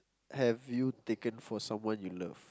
have you taken for someone you love